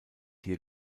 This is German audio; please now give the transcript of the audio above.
hier